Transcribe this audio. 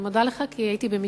אני מודה לך, כי הייתי במתקפה.